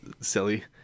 silly